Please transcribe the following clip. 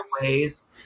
ways